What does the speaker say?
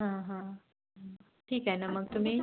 ठीक आहे ना मग तुम्ही